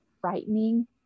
frightening